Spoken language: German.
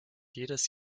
jedes